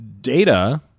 data